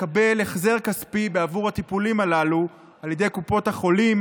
לקבל החזר כספי בעבור הטיפולים הללו על ידי קופות החולים,